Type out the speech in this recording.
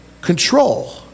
control